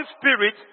spirit